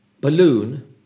balloon